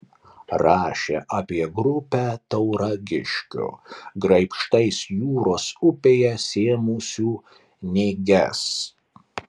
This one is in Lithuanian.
rašė apie grupę tauragiškių graibštais jūros upėje sėmusių nėges